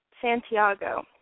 Santiago